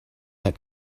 that